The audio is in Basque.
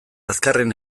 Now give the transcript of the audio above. azkarren